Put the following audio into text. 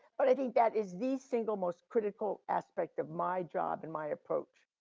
but i think that is the single most critical aspect of my job in my approach,